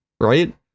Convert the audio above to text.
right